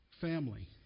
family